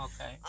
okay